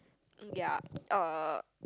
ya uh